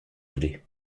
voulez